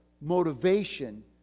motivation